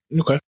Okay